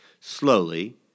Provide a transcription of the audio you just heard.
Slowly